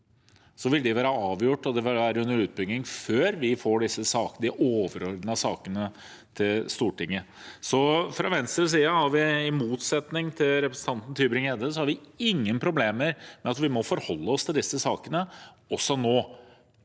vil de være avgjort og være under utbygging før vi får disse overordnede sakene til Stortinget. Fra Venstres side har vi, i motsetning til representanten Tybring-Gjedde, ingen problemer med at vi må forholde oss til disse sakene også nå.